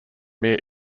mere